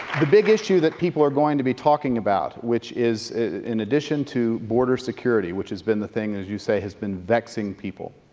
the big issue that people are going to be talking about, which is in addition to border security, which has been the thing, as you say, has been vexing people,